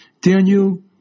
Daniel